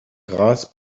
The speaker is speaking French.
grâce